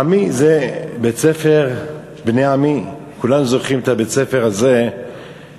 עמי זה בית-ספר "בני עמי"; כולנו זוכרים את בית-הספר הזה בקטמון.